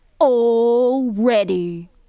already